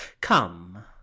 Come